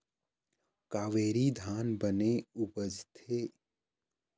कावेरी धान बने उपजथे?